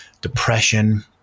depression